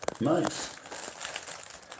Nice